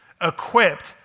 equipped